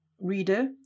Reader